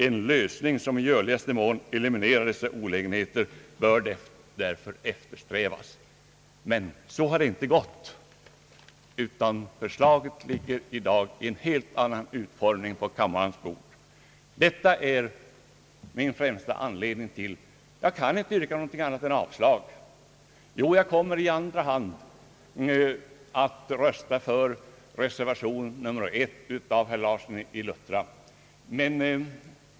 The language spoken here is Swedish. En lösning som i görligaste mån eliminerar dessa olägenheter, bör därför eftersträvas.» Så har emellertid inte blivit fallet, utan förslaget ligger i dag i en helt annan utformning på kammarens bord. Detta är den främsta anledningen till att jag inte kan yrka något annat än avslag. Jag kommer dock i andra hand att rösta för reservation 1 av herr Larsson i Luttra.